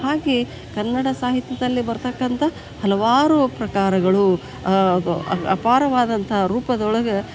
ಹಾಗೆ ಕನ್ನಡ ಸಾಹಿತ್ಯದಲ್ಲಿ ಭಾರತಕ್ಕಂಥ ಹಲವಾರು ಪ್ರಕಾರಗಳು ಅಪಾರವಾದಂಥ ರೂಪದೊಳಗೆ